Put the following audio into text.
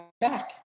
back